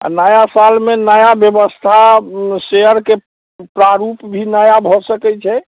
आओर नया सालमे नया व्यवस्था शेयरके प्रारूप भी नया भऽ सकै छै